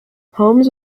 holmes